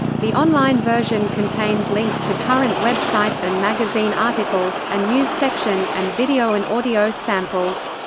the online version contains links to current web sites and magazine articles, a news section, and video and audio samples.